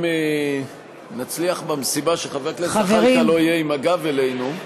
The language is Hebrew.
אם נצליח במשימה שחבר הכנסת זחאלקה לא יהיה עם הגב אלינו.